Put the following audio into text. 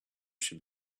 should